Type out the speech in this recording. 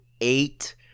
eight